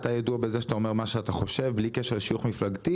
אתה ידוע בזה שאתה אומר מה שאתה חושב בלי קשר לשיוך מפלגתי.